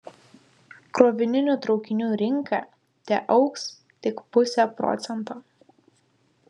krovininių traukinių rinka teaugs tik puse procento